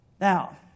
Now